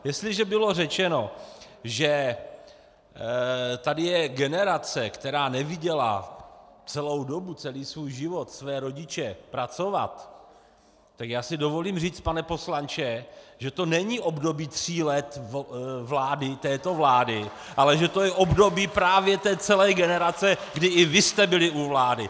Jestliže bylo řečeno, že tady je generace, která neviděla celou dobu, celý svůj život své rodiče pracovat, tak si dovolím říct, pane poslanče, že to není období tří let této vlády, ale že to je období právě celé generace, kdy i vy jste byli u vlády!